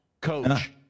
Coach